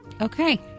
okay